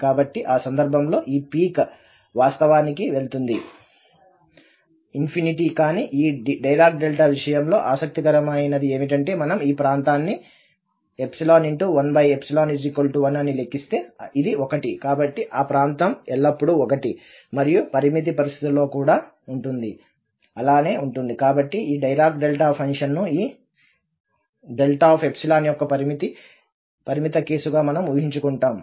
కాబట్టి ఆ సందర్భంలో ఈ పీక్ వాస్తవానికి వెళ్తుంది కానీ ఈ డిరాక్ డెల్టా విషయంలో ఆసక్తికరమైనది ఏమిటంటే మనం ఈ ప్రాంతాన్ని 1 1 అని లెక్కిస్తే ఇది 1 కాబట్టి ఆ ప్రాంతం ఎల్లప్పుడూ 1 మరియు పరిమిత పరిస్థితుల్లో కూడా ఉంటుంది అలాగే ఉంటుంది కాబట్టి ఈ డిరాక్ డెల్టా ఫంక్షన్ను ఈ యొక్క పరిమిత కేసుగా మనం ఊహించుకుంటాం